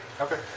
Okay